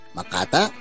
Makata